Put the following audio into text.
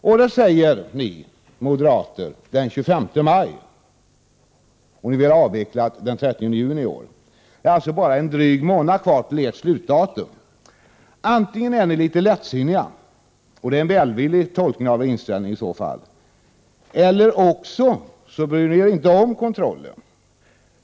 Och det säger ni moderater den 25 maj och vill ha valutaregleringen avvecklad den 30 juni i år. Det är bara en dryg månad kvar till ert slutdatum. Antingen är ni litet lättsinniga, och det är i så fall en välvillig tolkning av er inställning, eller också bryr ni er inte om kontrollen.